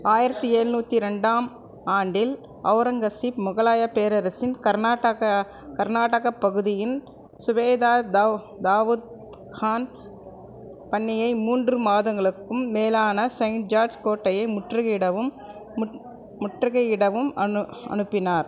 ஆயிரத்தி எழுநூற்றி ரெண்டாம் ஆண்டில் அவுரங்கசீப் முகலாயப் பேரரசின் கர்நாட்டகா கர்நாடக பகுதியின் சுபேதார் தவ் தாவுத் ஹான் பன்னியை மூன்று மாதங்களுக்கும் மேலான செயின்ட் ஜார்ஜ் கோட்டையை முற்றுகையிடவும் முற்றுகையிடவும் அனுப்பினார்